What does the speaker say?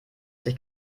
sich